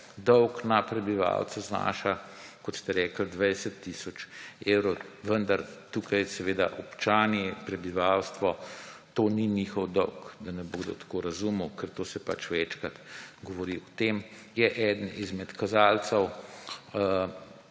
dolg na prebivalca znaša, kot ste rekli, 20 tisoč evrov. Vendar tukaj občani, prebivalstvo − to ni njihov dolg, da ne bo kdo tako razumel, ker se večkrat govori o tem. Je eden izmed kazalcev,